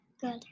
Good